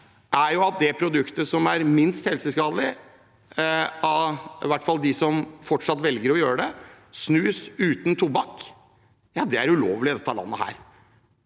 er jo at det produktet som er minst helseskadelig, i hvert fall for dem som fortsatt velger å gjøre det, er snus uten tobakk – og det er ulovlig i dette landet.